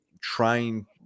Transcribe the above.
trying